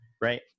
right